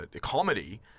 comedy